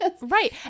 right